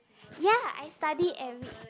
ya I study every